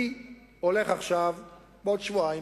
בעוד שבועיים,